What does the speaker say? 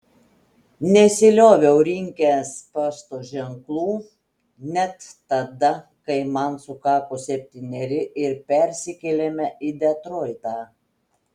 nesilioviau rinkęs pašto ženklų net tada kai man sukako septyneri ir persikėlėme į detroitą